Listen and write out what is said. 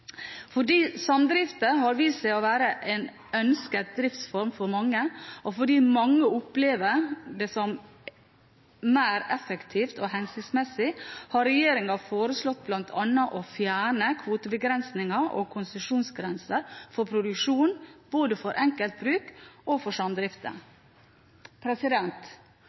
Fordi samdrifter har vist seg å være en ønsket driftsform for mange, og fordi mange opplever det som mer effektivt og hensiktsmessig, har regjeringen foreslått bl.a. å fjerne kvotebegrensninger og konsesjonsgrenser for produksjon, både for enkeltbruk og for